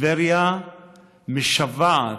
טבריה משוועת,